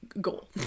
goal